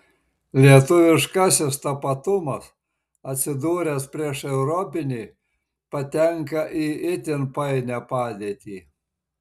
lietuviškasis tapatumas atsidūręs prieš europinį patenka į itin painią padėtį